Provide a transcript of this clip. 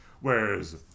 Whereas